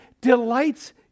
delights